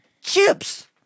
Chips